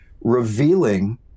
revealing